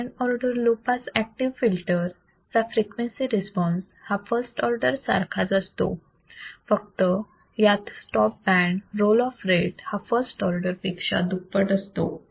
second order low pass active filter चा frequency response हा first order सारखाच असतो फक्त यात stop band roll off rate हा फर्स्ट ऑर्डर पेक्षा दुप्पट असतो